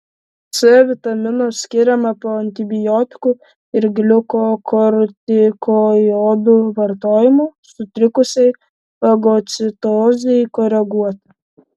c vitamino skiriama po antibiotikų ir gliukokortikoidų vartojimo sutrikusiai fagocitozei koreguoti